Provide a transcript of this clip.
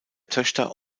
töchter